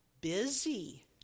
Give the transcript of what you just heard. busy